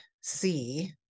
see